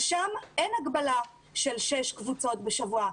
שם אין הגבלה של שש קבוצות בשבוע.